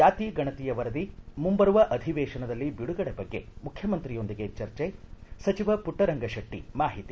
ಜಾತಿ ಗಣತಿಯ ವರದಿ ಮುಂಬರುವ ಅಧಿವೇಶನದಲ್ಲಿ ಬಿಡುಗಡೆ ಬಗ್ಗೆ ಮುಖ್ಯಮಂತ್ರಿಯೊಂದಿಗೆ ಚರ್ಚೆ ಸಚಿವ ಪುಟ್ಟರಂಗ ಶೆಟ್ಟಿ ಮಾಹಿತಿ